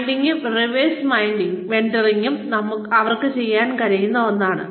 മെന്ററിംഗും reverse മെന്ററിംഗും അവർക്ക് ചെയ്യാൻ കഴിയുന്ന ഒന്നാണ്